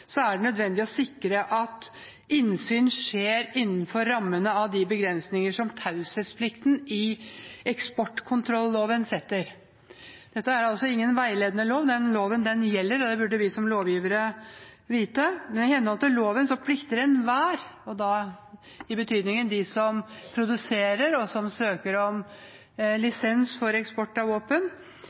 er det nødvendig å sikre at innsyn skjer innenfor rammen av de begrensninger som taushetsplikten i eksportkontrolloven setter. Dette er altså ingen veiledende lov – loven gjelder, og det burde vi som lovgivere vite. I henhold til loven plikter enhver som produserer og søker om lisens for eksport av våpen,